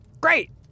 Great